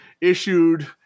issued